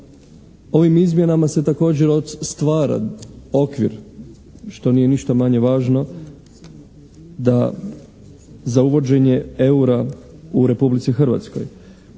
Ovim izmjenama se također stvara okvir što nije ništa manje važno da za uvođenje eura u Republici Hrvatskoj.